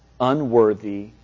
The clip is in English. unworthy